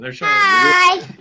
Hi